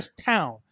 town